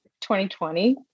2020